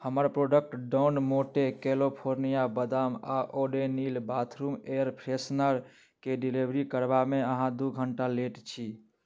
हमर प्रोडक्ट डॉन मोटे कैलिफोर्निआ बदाम आओर ओडोनिल बाथरूम एयर फ्रेशनरके डिलीवरी करबामे अहाँ दू घण्टा लेट छी